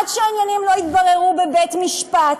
עד שהעניינים לא יתבררו בבית-משפט,